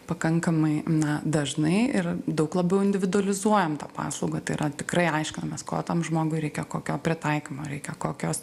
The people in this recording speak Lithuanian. pakankamai na dažnai ir daug labiau individualizuojam tą paslaugą tai yra tikrai aiškinamės ko tam žmogui reikia kokio pritaikymo reikia kokios